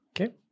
Okay